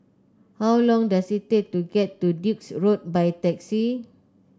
how long does it take to get to Duke's Road by taxi